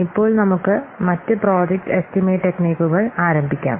ഇപ്പോൾ നമുക്ക് മറ്റ് പ്രോജക്റ്റ് എസ്റ്റിമേറ്റ് ടെക്നിക്കുകൾ ആരംഭിക്കാം